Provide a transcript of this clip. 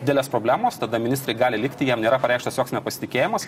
didelės problemos tada ministrai gali likti jiem nėra pareikštas joks nepasitikėjimas